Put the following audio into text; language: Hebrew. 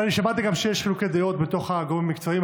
ואני שמעתי גם שיש חילוקי דעות בין הגורמים המקצועיים,